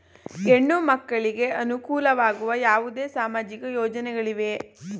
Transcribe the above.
ಹೆಣ್ಣು ಮಕ್ಕಳಿಗೆ ಅನುಕೂಲವಾಗುವ ಯಾವುದೇ ಸಾಮಾಜಿಕ ಯೋಜನೆಗಳಿವೆಯೇ?